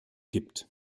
gibt